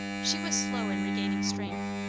she was slow in regaining strength.